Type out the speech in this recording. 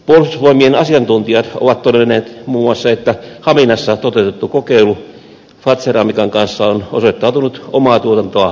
puolustusvoimien asiantuntijat ovat todenneet muun muassa että haminassa toteutettu kokeilu fazer amican kanssa on osoittautunut omaa tuotantoa kalliimmaksi